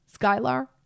Skylar